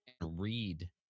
Read